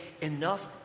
enough